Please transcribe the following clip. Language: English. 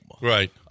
Right